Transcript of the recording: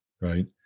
right